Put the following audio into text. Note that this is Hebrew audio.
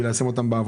שאני מלווה אותם.